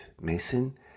Mason